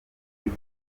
ziba